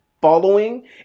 following